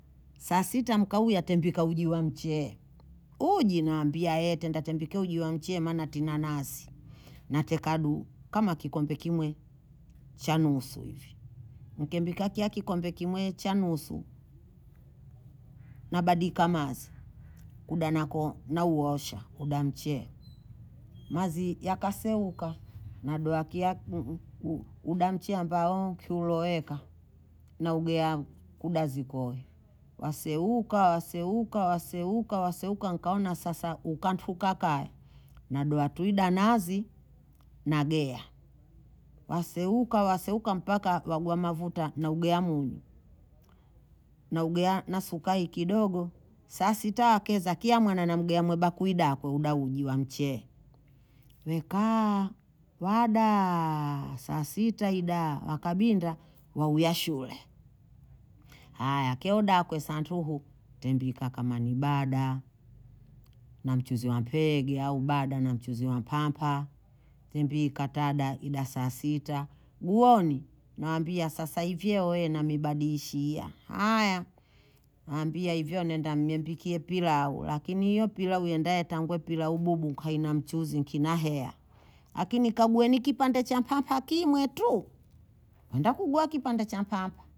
Sasita mka uya tembika uji wamchie. Uji naambia ete, ndatembike uji wamchie manatina nasi. Na tekadu kama kikombe kimwe chanusu. Mkembika kia kikombe kimwe chanusu. Na badika mazi. Uda nako na uosha. Udamchie. Mazi ya kase uka. Na doa kia udamchie ambao kulo eka. Na ugea kudazikoye. Wase uka, wase uka, wase uka, wase uka. Nkawona sasa uka nfukakaye. Na doa tuida nazi. Na gea. Wase uka, wase uka mpaka waguwa mavuta. Na ugea munu. Na ugea nasuka ikidogo. Sasita wakeza kia mwana na ugea mwe bakuida kwe uda uji wamchie. Wekaaa wadaaa. Sasita ida. Wakabinda wawuyashule. Haya kia uda kwe Santuhu. Ntembika kama nibada. Namchuzi wanpegia Ubada namchuzi wanpampa. Ntembika tada ida sasita. Nguoni. Nwambia sasa ifyewe na mibadishia. Haya nambia ifyewe nenda miembikie pilawu. Lakini yopilawu yenda etangwe pilawu mbubu kainamchuzi nkina hera. Lakini kabweni kipande champa hapa kii mwetu. Wanda kugwa kipande champa hapa.